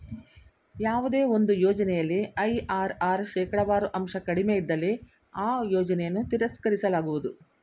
ಯಾವುದೇ ಒಂದು ಯೋಜನೆಯಲ್ಲಿ ಐ.ಆರ್.ಆರ್ ಶೇಕಡವಾರು ಅಂಶ ಕಡಿಮೆ ಇದ್ದಲ್ಲಿ ಆ ಯೋಜನೆಯನ್ನು ತಿರಸ್ಕರಿಸಲಾಗುವುದು